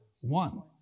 one